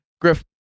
Griff